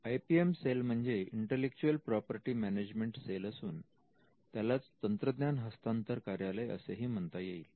I P M cell म्हणजे intellectual property management cell असून त्यालाच तंत्रज्ञान हस्तांतर कार्यालय असेही म्हणता येईल